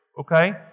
okay